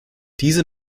diese